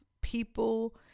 people